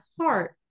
heart